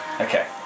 Okay